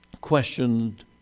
questioned